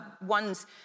ones